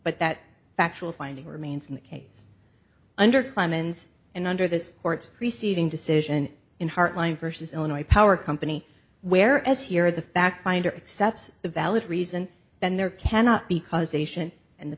but that factual finding remains in the case under clemens and under this court's receiving decision in hartline versus illinois power company where as here the fact finder except a valid reason then there cannot be causation and the